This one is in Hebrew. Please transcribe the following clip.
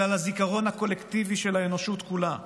אלא לזיכרון הקולקטיבי של האנושות כולה,